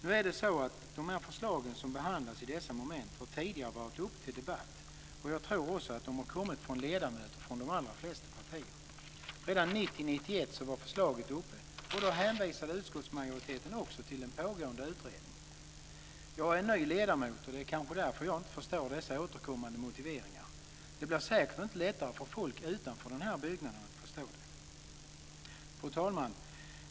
Nu är det så att förslagen som behandlas i dessa moment tidigare har varit uppe till debatt, och jag tror också att de har kommit från ledamöter från de flesta partier. Redan 1990/91 var förslaget uppe, och då hänvisade utskottsmajoriteten också till en pågående utredning. Jag är ny som ledamot, och det är kanske därför som jag inte förstår dessa återkommande motiveringar. Det blir säkert inte lättare för folk utanför denna byggnad att förstå dem. Fru talman!